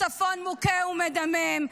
הצפון מוכה ומדמם,